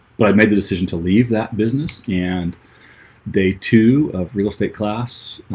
but i made the decision to leave that business and day two of real estate class.